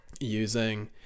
using